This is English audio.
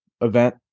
event